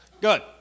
good